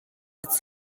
its